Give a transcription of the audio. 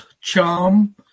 charm